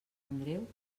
andreu